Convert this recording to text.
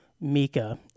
Mika